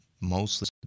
Mostly